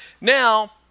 Now